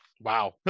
Wow